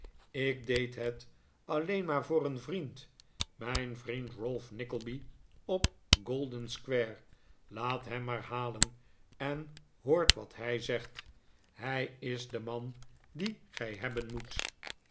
ik deed het alleen maar voor een vriend mijn vriend ralph nickleby op golden-square laat hem maar lialen en hoort wat hij zegt hij is de man dien gij hebben moet